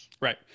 Right